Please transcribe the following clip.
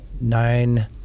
nine